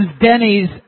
Denny's